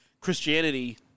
Christianity